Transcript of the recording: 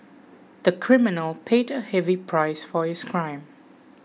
the criminal paid a heavy price for his crime